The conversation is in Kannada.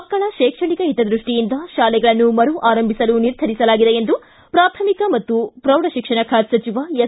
ಮಕ್ಕಳ ಶೈಕ್ಷಣಿಕ ಹಿತದೃಷ್ಟಿಯಿಂದ ಶಾಲೆಗಳನ್ನು ಮರುಆರಂಭಿಸಲು ನಿರ್ಧರಿಸಲಾಗಿದೆ ಎಂದು ಪ್ರಾಥಮಿಕ ಹಾಗೂ ಪ್ರೌಢಶಿಕ್ಷಣ ಖಾತೆ ಸಚಿವ ಎಸ್